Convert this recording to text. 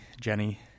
Jenny